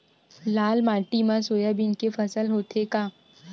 लाल माटी मा सोयाबीन के फसल होथे का?